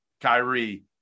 Kyrie